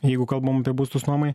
jeigu kalbam apie būstus nuomai